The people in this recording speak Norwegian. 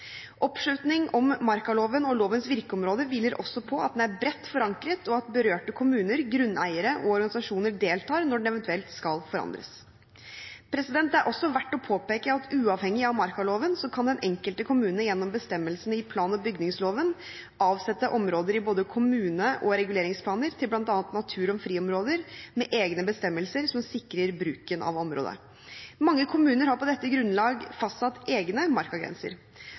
Oppslutning om markaloven og lovens virkeområder hviler også på at den er bredt forankret, og at berørte kommuner, grunneiere og organisasjoner deltar når den eventuelt skal forandres. Det er også verdt å påpeke at uavhengig av markaloven kan den enkelte kommune, gjennom bestemmelsene i plan- og bygningsloven, avsette områder i både kommune- og reguleringsplaner til bl.a. natur- og friområder med egne bestemmelser som sikrer bruken av området. Mange kommuner har på dette grunnlag fastsatt egne markagrenser.